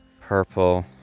purple